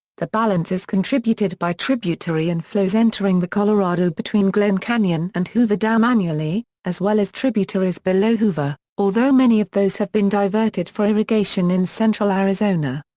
the balance is contributed by tributary inflows entering the colorado between glen canyon and hoover dam annually, as well as tributaries below hoover, although many of those have been diverted for irrigation in central arizona.